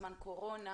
זמן קורונה,